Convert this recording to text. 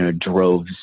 droves